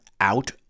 out